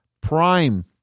prime